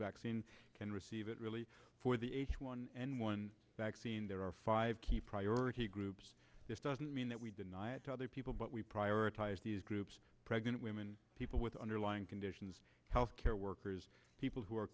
vaccine can receive it really for the h one n one vaccine there are five key priority groups this doesn't mean that we deny it to other people but we prioritize these groups pregnant women people with underlying conditions health care workers people who are